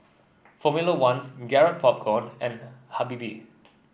Formula One Garrett Popcorn and Habibie